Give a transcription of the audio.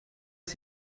ist